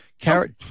Carrot